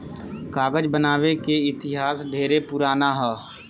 कागज बनावे के इतिहास ढेरे पुरान ह